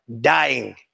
dying